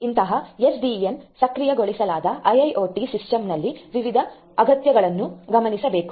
ಇಂತಹ SDN ಸಕ್ರಿಯಗೊಳಿಸಲಾದ I I O T system ನಲ್ಲಿ ವಿವಿಧ ಅಗ್ತ್ಯಗಳನ್ನು ಗಮನಿಸ ಬೇಕು